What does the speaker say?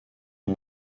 ont